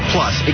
Plus